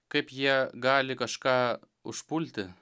kaip jie gali kažką užpulti